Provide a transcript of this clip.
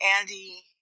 Andy